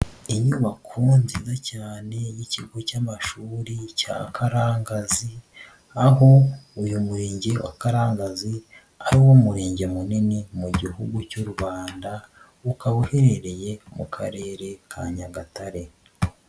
Inyubako nziza cyane y'ikigo cy'amashuri cya Karangazi, aho uyu murenge wa Karanganzi ari wo murenge munini mu gihugu cy'u Rwanda, ukaba uherereye mu Karere ka Nyagatare.